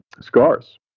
scars